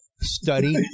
study